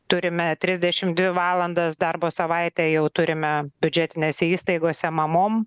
turime trisdešim dvi valandas darbo savaitę jau turime biudžetinėse įstaigose mamom